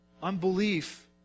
unbelief